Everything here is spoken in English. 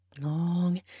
long